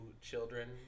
children